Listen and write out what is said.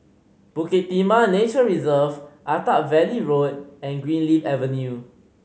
Bukit Timah Nature Reserve Attap Valley Road and Greenleaf Avenue